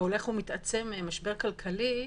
הולך ומתעצם משבר כלכלי,